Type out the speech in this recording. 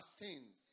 sins